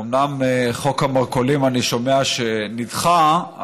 אומנם אני שומע שחוק המרכולים נדחה,